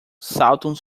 saltam